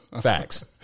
Facts